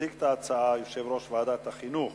יציג את ההצעה יושב-ראש ועדת החינוך,